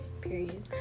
period